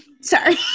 Sorry